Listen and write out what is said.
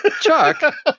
Chuck